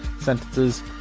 sentences